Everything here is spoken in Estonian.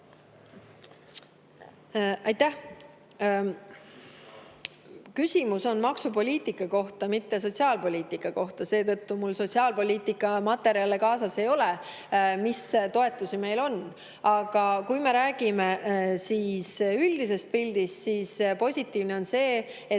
Aitäh! Küsimus oli maksupoliitika kohta, mitte sotsiaalpoliitika kohta, seetõttu ei ole mul kaasas sotsiaalpoliitika materjale selle kohta, mis toetused meil on. Aga kui me räägime üldisest pildist, siis positiivne on see, et